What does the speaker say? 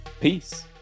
Peace